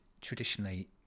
traditionally